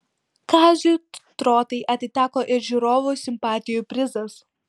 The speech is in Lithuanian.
kaziui trotai atiteko ir žiūrovų simpatijų prizas